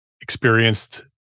experienced